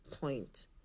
point